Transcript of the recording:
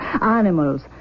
animals